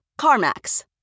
CarMax